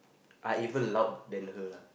I even loud than her lah